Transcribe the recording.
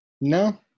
No